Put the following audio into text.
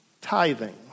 tithing